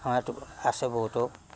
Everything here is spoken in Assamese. আমাৰ ইয়াত আছে বহুতো